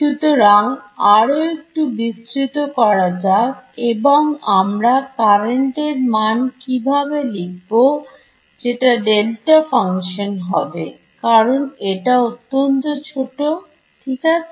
সুতরাং আরো একটু বিস্তৃত করা যাক এবং আমরা কারেন্টের মান কিভাবে লিখব যেটা দেলটা ফাংশন হবে কারণ এটা অত্যন্ত ছোট ঠিক আছে